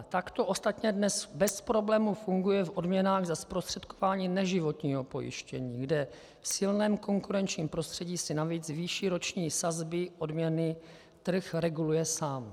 Tak to ostatně dnes bez problémů funguje v odměnách za zprostředkování neživotního pojištění, kde v silném konkurenčním prostředí si navíc výši roční sazby odměny trh reguluje sám.